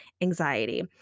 anxiety